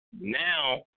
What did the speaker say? now